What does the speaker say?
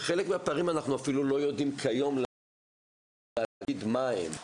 כשחלק מהפערים אנחנו אפילו לא יודעים כיום להגיד מה הם.